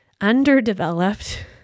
underdeveloped